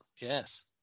Yes